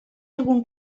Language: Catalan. algun